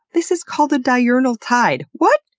this is called a diurnal tide! what?